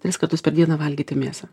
tris kartus per dieną valgyti mėsą